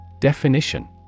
Definition